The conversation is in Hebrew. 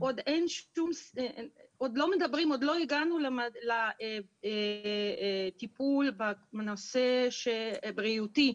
עוד לא הגענו לטיפול בנושא הבריאותי,